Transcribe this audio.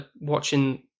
watching